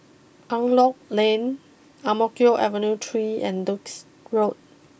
Angklong Lane Ang Mo Kio ever new three and Duke's Road